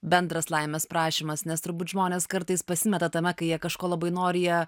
bendras laimės prašymas nes turbūt žmonės kartais pasimeta tame kai jie kažko labai nori jie